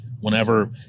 Whenever